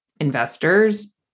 investors